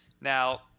Now